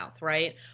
right